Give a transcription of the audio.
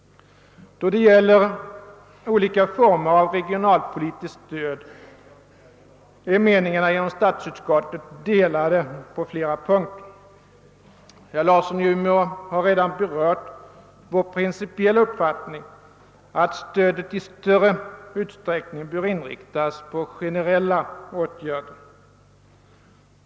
Då det gäller formerna för regionalpolitiskt stöd är meningarna inom statsutskottet på flera punkter delade. Herr Larsson i Umeå har redan berört vår principiella uppfattning att stödet i större utsträckning bör inriktas på generella åtgärder.